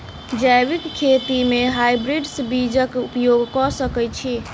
जैविक खेती म हायब्रिडस बीज कऽ उपयोग कऽ सकैय छी?